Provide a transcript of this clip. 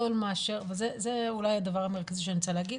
זה אולי הדבר המרכזי שאני רוצה להגיד,